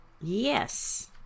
Yes